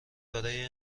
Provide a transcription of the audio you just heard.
برای